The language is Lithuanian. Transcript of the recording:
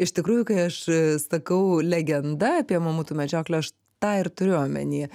iš tikrųjų kai aš sakau legenda apie mamutų medžioklę aš tą ir turiu omenyje